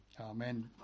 Amen